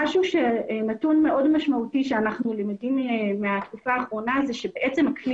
נתון מאוד משמעותי שאנחנו למדים מהתקופה האחרונה הוא שבעצם הכלי